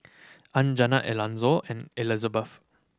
Anjanette Elonzo and Elizbeth